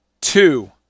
two